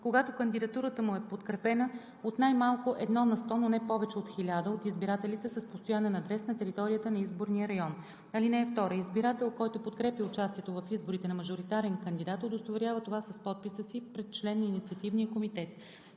когато кандидатурата му е подкрепена от най-малко едно на сто, но не повече от 1000, от избирателите с постоянен адрес на територията на изборния район. (2) Избирател, който подкрепя участието в изборите на мажоритарен кандидат, удостоверява това с подписа си пред член на инициативния комитет.